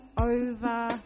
Over